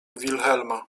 wilhelma